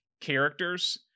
characters